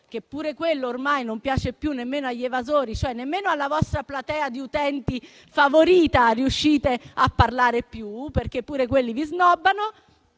che pure quello ormai non piace più nemmeno agli evasori; cioè nemmeno alla vostra platea di utenti favorita riuscite più a parlare, perché pure quelli vi snobbano.